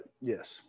yes